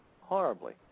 Horribly